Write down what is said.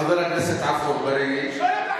חבר הכנסת עפו אגבאריה,